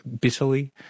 bitterly